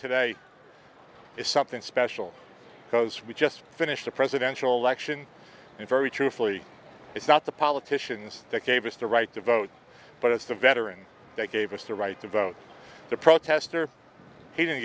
today it's something special because we just finished a presidential election and very truthfully it's not the politicians that gave us the right to vote but it's the veteran that gave us the right to vote the protester he didn't